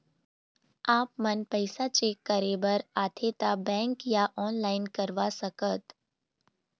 आपमन पैसा चेक करे बार आथे ता बैंक या ऑनलाइन करवा सकत?